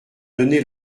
donné